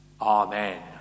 Amen